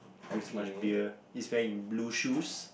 drink so much belly he's wearing blue shoes